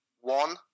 one